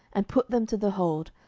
and put them to the hold,